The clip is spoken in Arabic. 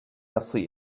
الصين